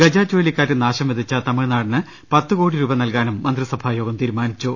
ഗജ ചുഴലിക്കാറ്റ് നാശം വിതച്ച തമിഴ്നാടിന് പത്ത് കോടി രൂപ നൽകാനും മന്ത്രിസഭായോഗം തീരുമാനിച്ചു